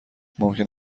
ممکن